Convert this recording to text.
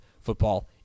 Football